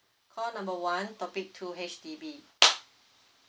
call number one topic two H_D_B